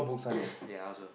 ya I also